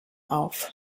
auf